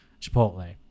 Chipotle